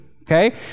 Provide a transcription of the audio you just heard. okay